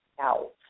out